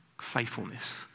faithfulness